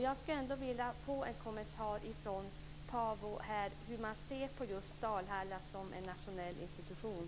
Jag skulle vilja få en kommentar från Paavo Vallius om hur han ser på just Dalhalla som en nationell institution.